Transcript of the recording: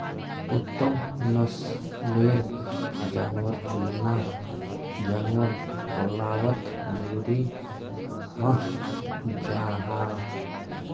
उत्तम नस्लेर जानवर चुनना जानवर पल्वात ज़रूरी हं जाहा